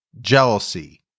jealousy